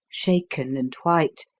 shaken and white,